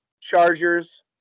Chargers